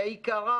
שעיקרה: